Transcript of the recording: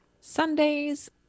Sundays